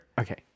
okay